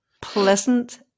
pleasant